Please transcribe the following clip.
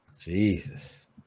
Jesus